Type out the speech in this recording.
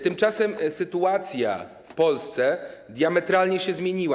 Tymczasem sytuacja w Polsce diametralnie się zmieniła.